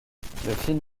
film